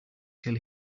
till